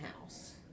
house